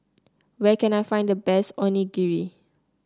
where can I find the best Onigiri